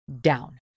down